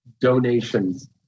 donations